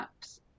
apps